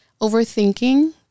overthinking